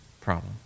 problem